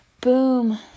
Boom